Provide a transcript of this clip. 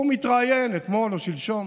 והוא מתראיין אתמול או שלשום